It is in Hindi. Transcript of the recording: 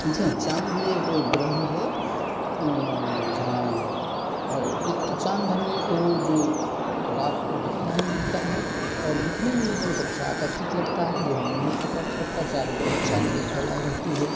जी हाँ चाँद भी एक ग्रह है जहाँ एक तो चाँद हमें रोज़ रात को दिखता ही दिखता है और दिखने में भी बहुत अच्छा आकर्षक लगता है जो हमें भी आकर्ष करता है चारों तरफ चाँदनी फैलाए रहती है